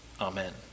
Amen